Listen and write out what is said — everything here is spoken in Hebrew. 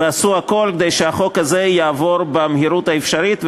ועשו הכול כדי שהחוק הזה יעבור במהירות האפשרית.